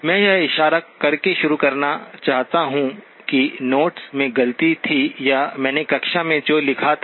मैं यह इशारा करके शुरू करना चाहूंगा कि नोट्स में गलती थी या मैंने कक्षा में जो लिखा था